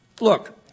Look